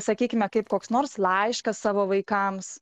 sakykime kaip koks nors laiške savo vaikams